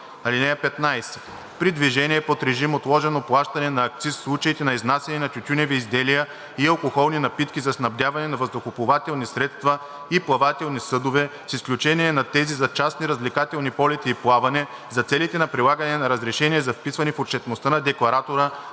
(15) При движение под режим отложено плащане на акциз в случаите на изнасяне на тютюневи изделия и алкохолни напитки за снабдяване на въздухоплавателни средства и плавателни съдове, с изключение на тези за частни развлекателни полети и плаване, за целите на прилагане на разрешение за вписване в отчетността на декларатора